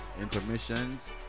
intermissions